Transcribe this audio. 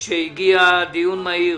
דיון מהיר